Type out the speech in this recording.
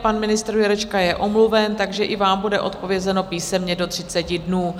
Pan ministr Jurečka je omluven, takže i vám bude odpovězeno písemně do 30 dnů.